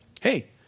Hey